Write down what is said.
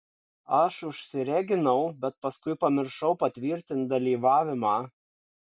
aš užsireginau bet paskui pamiršau patvirtint dalyvavimą